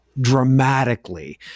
dramatically